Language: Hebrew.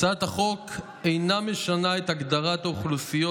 הצעת החוק אינה משנה את הגדרת האוכלוסיות